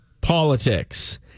politics